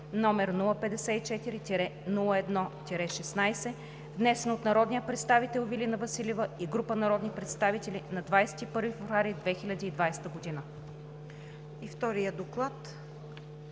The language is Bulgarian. И втория Доклад.